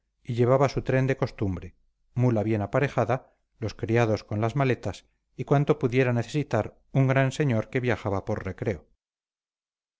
y llevaba su tren de costumbre mula bien aparejada los criados con las maletas y cuanto pudiera necesitar un gran señor que viaja por recreo